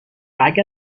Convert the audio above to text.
اگر